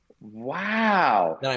Wow